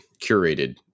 curated